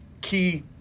key